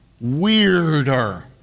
weirder